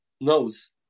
knows